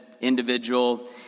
individual